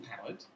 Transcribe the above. powered